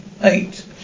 eight